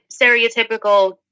stereotypical